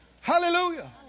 Hallelujah